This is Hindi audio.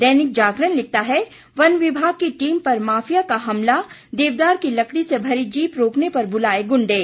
दैनिक जागरण लिखता है वन विभाग की टीम पर माफिया का हमला देवदार की लकड़ी से भरी जीप रोकने पर बुलाए गुंडे